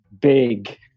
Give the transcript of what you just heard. big